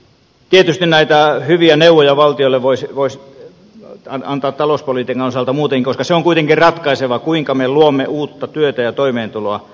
tietysti näitä hyviä neuvoja valtiolle voisi antaa talouspolitiikan osalta muutenkin koska se on kuitenkin ratkaisevaa kuinka me luomme uutta työtä ja toimeentuloa